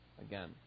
again